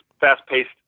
fast-paced